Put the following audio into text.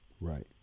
Right